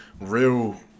real